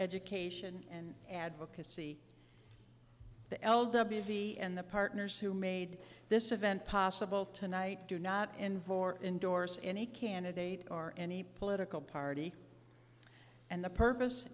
education and advocacy the l w p and the partners who made this event possible tonight do not involve or endorse any candidate or any political party and the purpose